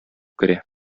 керә